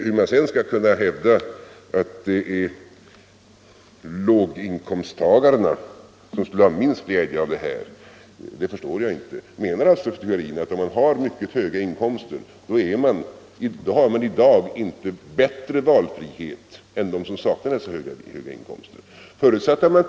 Hur man sedan skall kunna hävda att det är låginkomsttagarna som skulle ha minst glädje av detta förstår jag inte. Menar alltså fru Theorin att när man har mycket höga inkomster, då har man i dag inte bättre valfrihet än de som saknar dessa höga inkomster?